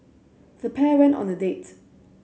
the pair went on a date